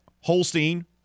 Holstein